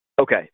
Okay